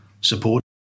support